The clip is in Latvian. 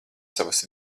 savas